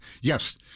Yes